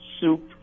soup